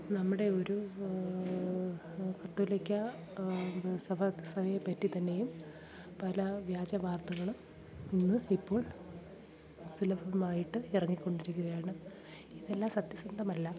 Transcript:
നമ്മുടെ ഒരു കത്തോലിക്കാ സഭ സഭയെ പറ്റി തന്നെയും പല വ്യാജവാർത്തകളും ഇന്ന് ഇപ്പോൾ സുലഭമായിട്ട് ഇറങ്ങിക്കൊണ്ടിരിക്കുകയാണ് ഇതെല്ലാം സത്യസന്ധമല്ല